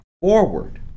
forward